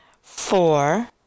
Four